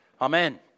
Amen